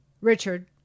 Richard